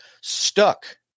stuck